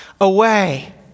away